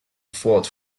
fought